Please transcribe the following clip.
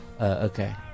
okay